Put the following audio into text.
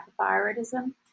hyperthyroidism